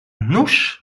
nuż